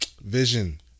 Vision